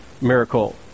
miracle